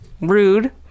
Rude